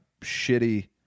shitty